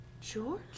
George